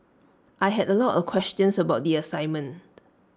I had A lot of questions about the assignment